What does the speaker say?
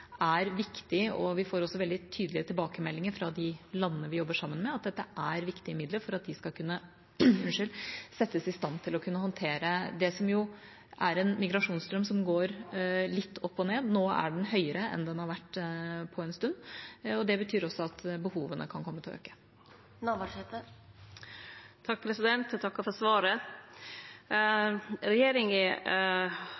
er viktig, og vi får også veldig tydelige tilbakemeldinger fra de landene vi jobber sammen med, om at dette er viktige midler for at de skal kunne settes i stand til å håndtere det som er en migrasjonsstrøm som går litt opp og ned. Nå er den høyere enn den har vært på en stund. Det betyr også at behovene kan komme til å øke.